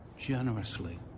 generously